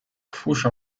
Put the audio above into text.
pfusch